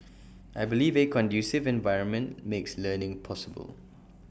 I believe A conducive environment makes learning possible